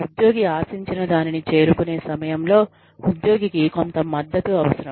ఉద్యోగి ఆశించిన దానిని చేరుకునే సమయంలో ఉద్యోగికి కొంత మద్దతు అవసరం